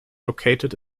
located